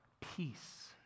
peace